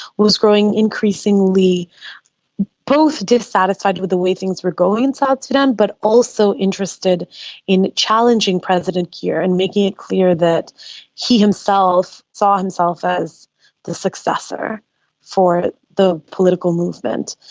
was growing increasingly both dissatisfied with the way things were going in south sudan but also interested in challenging president kiir and making it clear that he himself saw himself as the successor for the political movement.